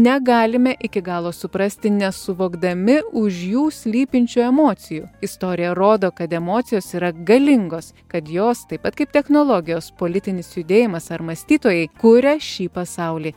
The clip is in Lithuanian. negalime iki galo suprasti nesuvokdami už jų slypinčių emocijų istorija rodo kad emocijos yra galingos kad jos taip pat kaip technologijos politinis judėjimas ar mąstytojai kūria šį pasaulį